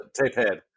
Tapehead